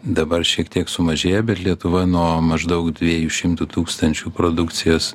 dabar šiek tiek sumažėjo bet lietuva nuo maždaug dviejų šimtų tūkstančių produkcijos